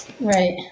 Right